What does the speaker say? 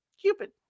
Cupid